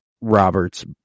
Robert's